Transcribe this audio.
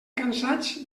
cansats